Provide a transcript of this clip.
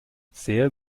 sehr